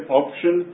option